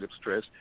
stress